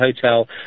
hotel